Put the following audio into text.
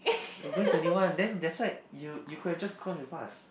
we're going to a new one then that's why you you could have just come with us